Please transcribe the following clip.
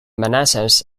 manassas